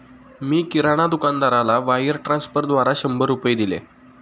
मी किराणा दुकानदाराला वायर ट्रान्स्फरद्वारा शंभर रुपये दिले